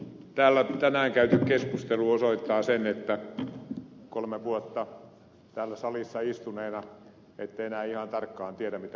täällä tänään käyty keskustelu osoittaa sen että kolme vuotta täällä salissa istuneina ette ihan tarkkaan enää tiedä mitä ulkopuolella tapahtuu